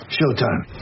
Showtime